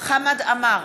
חמד עמאר,